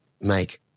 make